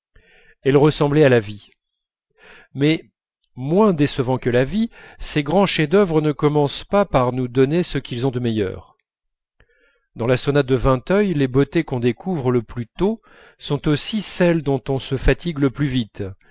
elle ressemblait à la vie mais moins décevants que la vie ces grands chefs-d'œuvre ne commencent pas par nous donner ce qu'ils ont de meilleur dans la sonate de vinteuil les beautés qu'on découvre le plus tôt sont aussi celles dont on se fatigue le plus vite